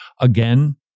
Again